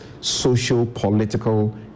social-political